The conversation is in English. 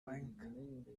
bank